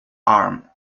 arm